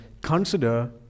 consider